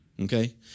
Okay